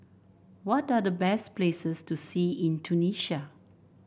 what are the best places to see in Tunisia